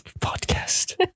podcast